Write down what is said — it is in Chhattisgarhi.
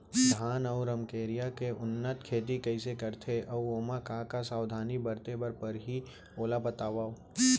धान अऊ रमकेरिया के उन्नत खेती कइसे करथे अऊ ओमा का का सावधानी बरते बर परहि ओला बतावव?